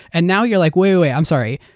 and now, you're like wait, i'm sorry.